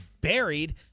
buried